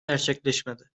gerçekleşmedi